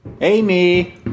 Amy